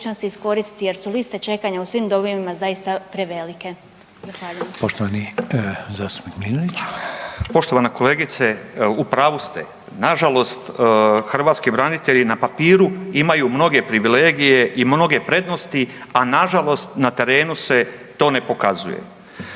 Poštovani zastupnik Mlinarić.